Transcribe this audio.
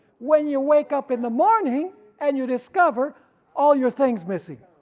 when you wake up in the morning and you discover all your things missing.